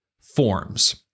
forms